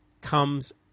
comes